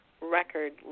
record